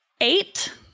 Eight